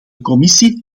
commissie